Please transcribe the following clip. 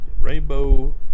Rainbow